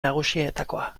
nagusietakoa